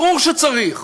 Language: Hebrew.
ברור שצריך.